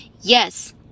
Yes